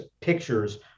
pictures